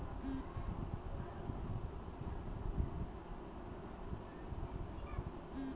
अपनार चेकेर क्लियर हबार स्थितिक तुइ पासबुकक अपडेट करे जानवा सक छी